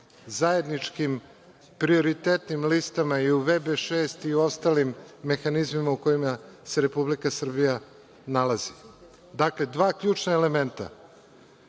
zajedničkim prioritetnim listama, i u „VB6“ i u ostalim mehanizmima u kojim se Republika Srbija nalazi. Dakle, dva ključna elementa.